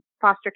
foster